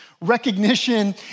recognition